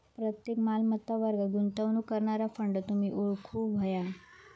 प्रत्येक मालमत्ता वर्गात गुंतवणूक करणारा फंड तुम्ही ओळखूक व्हया